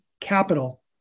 capital